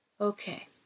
Okay